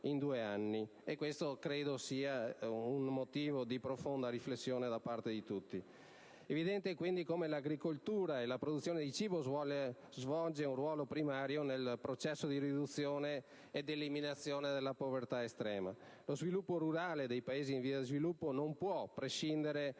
in due anni. Credo che questo sia un motivo di profonda riflessione da parte di tutti. È evidente quindi come l'agricoltura e la produzione di cibo svolgano un ruolo primario nel processo di riduzione ed eliminazione della povertà estrema. Lo sviluppo rurale dei Paesi in via di sviluppo non può prescindere